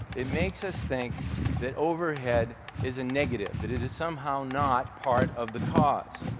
it makes us think that overhead is a negative, that it is somehow not part of the cause.